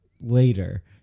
later